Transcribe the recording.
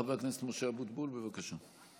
חבר הכנסת משה אבוטבול, בבקשה.